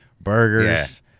burgers